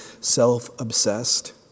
self-obsessed